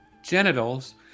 Genitals